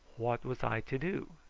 what was i to do?